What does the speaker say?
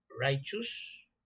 Righteous